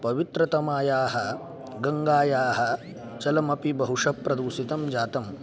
पवित्रतमायाः गङ्गायाः जलमपि बहुषु प्रदूषितं जातं